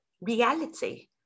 reality